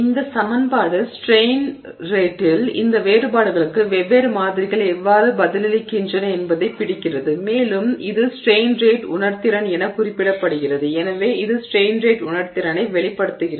இந்த சமன்பாடு ஸ்ட்ரெய்ன் ரேட்டில் இந்த வேறுபாடுகளுக்கு வெவ்வேறு மாதிரிகள் எவ்வாறு பதிலளிக்கின்றன என்பதைப் பிடிக்கிறது மேலும் இது ஸ்ட்ரெய்ன் ரேட் உணர்திறன் என குறிப்பிடப்படுகிறது எனவே இது ஸ்ட்ரெய்ன் ரேட் உணர்திறனை வெளிப்படுத்துகிறது